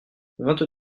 vingt